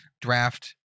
draft